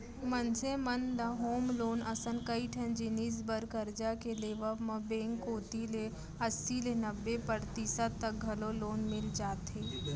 मनसे मन ल होम लोन असन कइ ठन जिनिस बर करजा के लेवब म बेंक कोती ले अस्सी ले नब्बे परतिसत तक घलौ लोन मिल जाथे